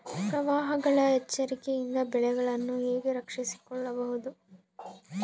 ಪ್ರವಾಹಗಳ ಎಚ್ಚರಿಕೆಯಿಂದ ಬೆಳೆಗಳನ್ನು ಹೇಗೆ ರಕ್ಷಿಸಿಕೊಳ್ಳಬಹುದು?